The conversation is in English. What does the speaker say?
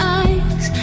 eyes